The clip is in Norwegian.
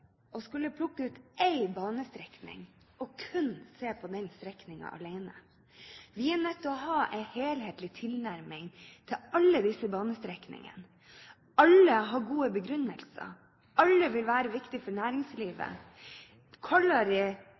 å skulle plukke ut én banestrekning og kun se på den strekningen. Vi er nødt til å ha en helhetlig tilnærming til alle disse banestrekningene. Det er gode begrunnelser for alle. Alle vil være viktige for næringslivet.